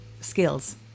skills